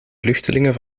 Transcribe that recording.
vluchtelingen